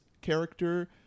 character